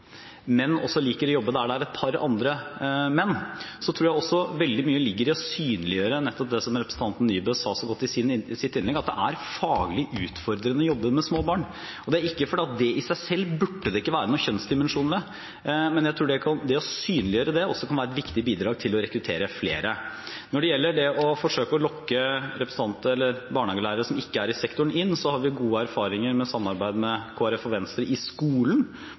men jeg tror at det å synligjøre det også kan være et viktig bidrag til å rekruttere flere. Når det gjelder å forsøke å lokke barnehagelærere som ikke er i sektoren, inn, har vi gode erfaringer med samarbeid med Kristelig Folkeparti og Venstre i skolen